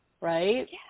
right